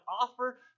offer